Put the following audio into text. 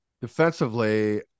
Defensively